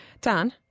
Dan